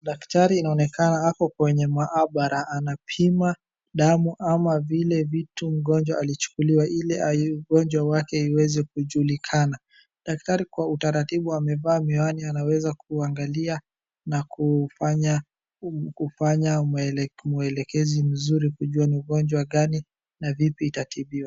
Daktari inaonekana ako kwenye maabara, anapima damu ama vile vitu mgonjwa alichukuliwa ili ugonjwa wake iweze kujulikana. Daktari kwa utaratibu amevaa miwani anaweza kuangalia na kufanya maelekezo mzuri kujua ni ugonjwa gani na vipi itatibiwa.